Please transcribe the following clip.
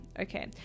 Okay